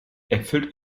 erfüllt